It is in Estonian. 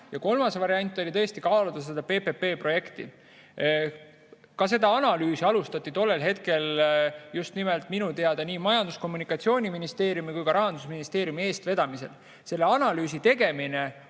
Kolmas variant oli tõesti kaaluda seda PPP‑projekti. Ka seda analüüsi alustati tollel hetkel, minu teada Majandus‑ ja Kommunikatsiooniministeeriumi ning Rahandusministeeriumi eestvedamisel. Selle analüüsi tegemine